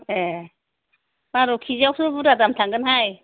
ए बार' केजि आवथ' बुरजा दाम थांगोनहाय